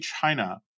China